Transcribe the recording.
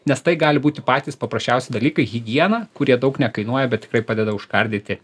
nes tai gali būti patys paprasčiausi dalykai higiena kurie daug nekainuoja bet tikrai padeda užkardyti